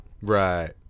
right